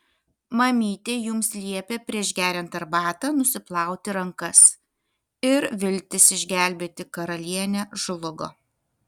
mamytė jums liepė prieš geriant arbatą nusiplauti rankas ir viltis išgelbėti karalienę žlugo